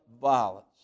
violence